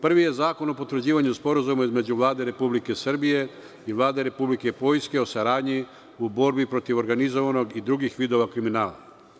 Prvi je Zakon o potvrđivanju Sporazuma između Vlade Republike Srbije i Vlade Republike Poljske o saradnji u borbi protiv organizovanog i drugih vidova kriminala.